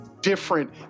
different